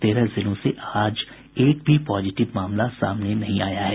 तेरह जिलों से आज एक भी पॉजिटिव मामला सामने नहीं आया है